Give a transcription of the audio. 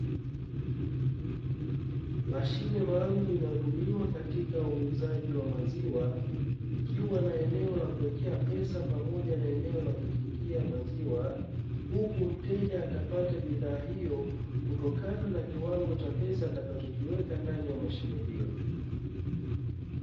Mashine maalumu inayotumiwa katika uuzaji wa maziwa, ikiwa na eneo la kuwekea pesa pamoja na eneo la kukingia maziwa. Huku mteja atapata bidhaa hiyo kutokana na kiwango cha pesa atakachokiweka ndani ya mashine hiyo.